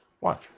Watch